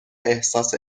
احساس